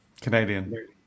Canadian